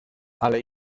ale